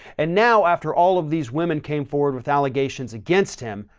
and now after all of these women came forward with allegations against him,